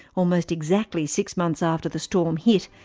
almost exactly six months after the storm hit,